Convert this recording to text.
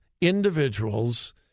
individuals